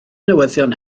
newyddion